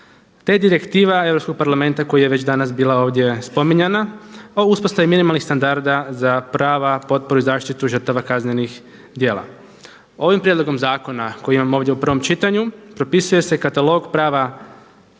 te direktiva Europskog parlamenta koja je već bila danas ovdje spominjana o uspostavi minimalnih standarda za prava, potporu i zaštitu žrtava kaznenih djela. Ovim prijedlogom zakona koji imamo ovdje u prvom čitanju propisuje se i katalog prava